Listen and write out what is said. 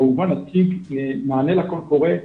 אני כמובן אגיש מענה לקול קורא,